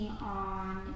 on